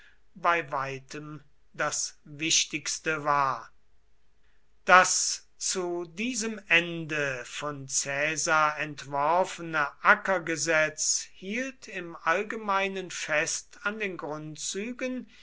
bei weitem das wichtigste war das zu diesem ende von caesar entworfene ackergesetz hielt im allgemeinen fest an den grundzügen